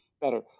better